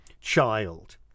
child